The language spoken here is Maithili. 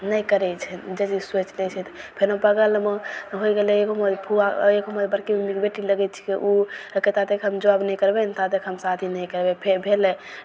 नहि करै छै जे चीज सोचि लै छै तऽ फेरो बगलमे होइ गेलै एगो हमर फुआ आओर एगो हमर बड़की मम्मीके बेटी लगै छिकै ओ कहलकै ता तक हम जॉब नहि करबै ने ता तक हम शादी नहि करबै फेर भेलै